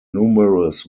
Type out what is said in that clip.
numerous